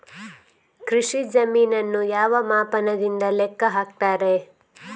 ಕೃಷಿ ಜಮೀನನ್ನು ಯಾವ ಮಾಪನದಿಂದ ಲೆಕ್ಕ ಹಾಕ್ತರೆ?